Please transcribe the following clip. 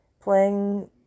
playing